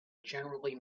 generally